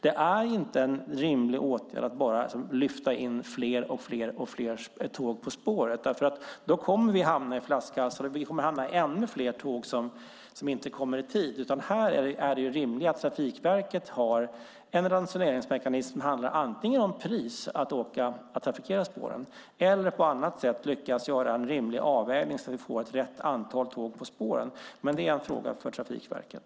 Det är inte en rimlig åtgärd att bara lyfta in fler och fler tåg på spåret. Då kommer vi att hamna i flaskhalsar, och vi kommer att få ännu fler tåg som inte kommer i tid. Här är det rimligt att Trafikverket har en ransoneringsmekanism som handlar antingen om priset att trafikera spåren eller att på annat sätt lyckas göra en rimlig avvägning så att vi får rätt antal tåg på spåren. Det är en fråga för Trafikverket.